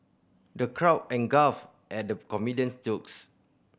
the crowd guffawed at the comedian's jokes